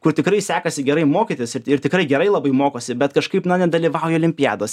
kur tikrai sekasi gerai mokytis ir tikrai gerai labai mokosi bet kažkaip na nedalyvauja olimpiadose